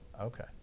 okay